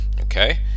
Okay